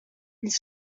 pils